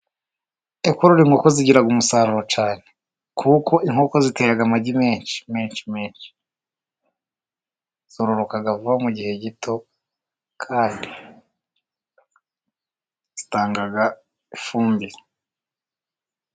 Korora inkoko zigira umusaruro cyane. Kuko inkoko zitega amagi menshi menshi. Zororoka vuba gihe gito kandi zitanga ifumbire.